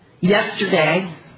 yesterday